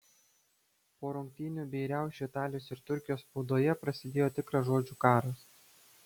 po rungtynių bei riaušių italijos ir turkijos spaudoje prasidėjo tikras žodžių karas